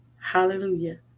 Hallelujah